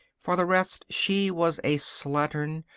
for the rest, she was a slattern,